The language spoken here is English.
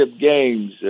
games